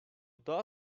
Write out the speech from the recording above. daha